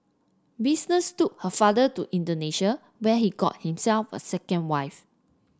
business took her father to Indonesia where he got himself a second wife